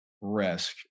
risk